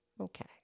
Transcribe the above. Okay